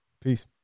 Peace